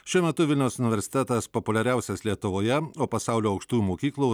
šiuo metu vilniaus universitetas populiariausias lietuvoje o pasaulio aukštųjų mokyklų